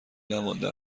نمانده